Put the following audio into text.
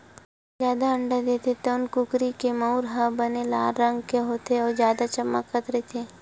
जादा अंडा देथे तउन कुकरी के मउर ह बने लाल रंग के होथे अउ चमकत रहिथे